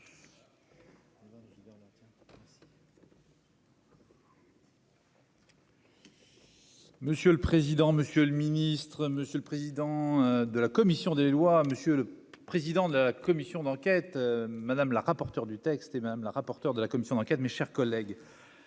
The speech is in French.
Monsieur le président, monsieur le ministre, monsieur le président de la commission des lois, monsieur le président de la commission d'enquête, madame la rapporteure du texte et même le rapporteur de la commission d'enquête, mes chers collègues